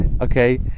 Okay